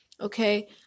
Okay